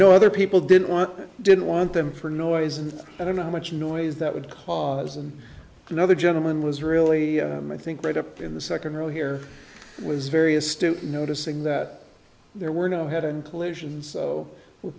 know other people didn't want didn't want them for noise and i don't know how much noise that would cause and another gentleman was really i think brought up in the second row here was very astute noticing that there were no head and collisions so we're